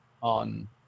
on